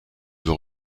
veut